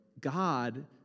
God